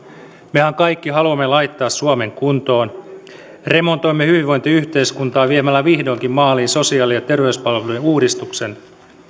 mehän kaikki haluamme laittaa suomen kuntoon remontoimme hyvinvointiyhteiskuntaa viemällä vihdoinkin maaliin sosiaali ja terveyspalveluiden uudistuksen